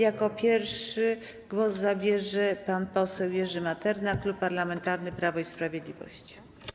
Jako pierwszy głos zabierze pan poseł Jerzy Materna, Klub Parlamentarny Prawo i Sprawiedliwość.